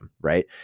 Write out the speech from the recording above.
Right